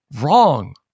wrong